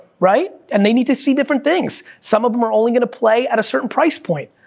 right? and, they need to see different things. some of them are only going to play at certain price point,